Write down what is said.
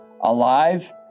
alive